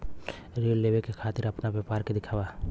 ऋण लेवे के खातिर अपना व्यापार के दिखावा?